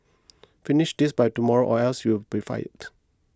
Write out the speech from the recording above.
finish this by tomorrow or else you'll be fired